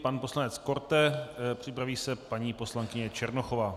Pan poslanec Korte, připraví se paní poslankyně Černochová.